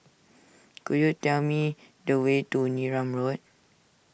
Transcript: could you tell me the way to Neram Road